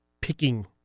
picking